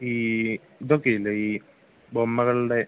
ഈ ഇതൊക്കെയില്ലേ ഈ ബൊമ്മകളുടെ